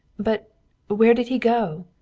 but but where did he go?